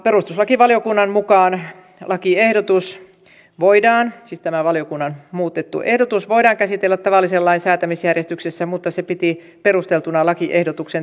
perustuslakivaliokunnan mukaan lakiehdotus siis tämä valiokunnan muutettu ehdotus voidaan käsitellä tavallisen lain säätämisjärjestyksessä mutta se piti perusteltuna lakiehdotuksen täydentämistä